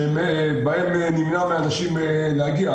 שבהם נמנע מאנשים להגיע.